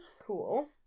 cool